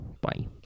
Bye